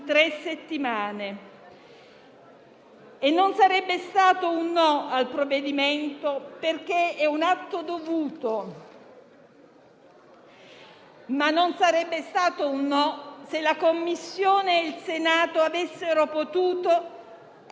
ma non sarebbe stato un no se la Commissione e il Senato avessero potuto essere chiamati ad esprimersi su questo e se avessero potuto contribuire a migliorare il provvedimento.